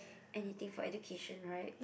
anything for education right